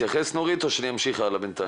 ויש כאלה במדינה לצערנו,